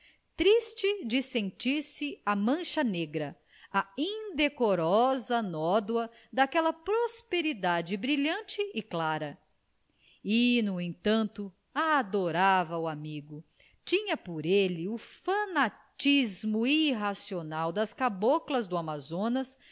triste de sentir-se a mancha negra a indecorosa nódoa daquela prosperidade brilhante e clara e no entanto adorava o amigo tinha por ele o fanatismo irracional das caboclas do amazonas